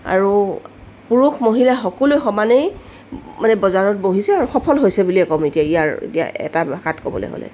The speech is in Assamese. আৰু পুৰুষ মহিলা সকলোৱে সমানেই মানে বজাৰত বহিছে আৰু সফল হৈছে বুলিয়ে ক'ম এতিয়া ইয়াৰ এতিয়া এটা ভাষাত ক'বলৈ গ'লে